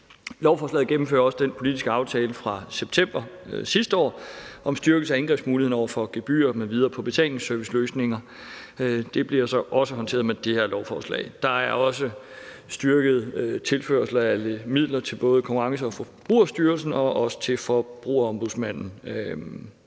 Lovforslaget gennemfører også den politiske aftale fra september sidste år om styrkelse af indgrebsmuligheden over for gebyrer m.v. på betalingsserviceløsninger. Det bliver så også håndteret med det her lovforslag. Der er også styrket tilførsel af midler til både Konkurrence- og Forbrugerstyrelsen og også til Forbrugerombudsmanden.